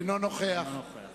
אינו נוכח